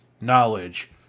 knowledge